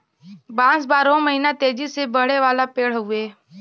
बांस बारहो महिना तेजी से बढ़े वाला पेड़ हउवे